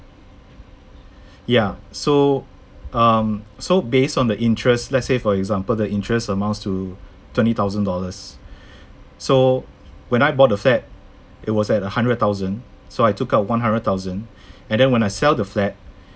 ya so um so based on the interest let's say for example the interest amounts to twenty thousand dollars so when I bought the flat it was at a hundred thousand so I took out one hundred thousand and then when I sell the flat